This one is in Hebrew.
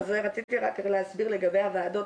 אז רציתי רק להסביר לגבי הוועדות.